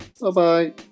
Bye-bye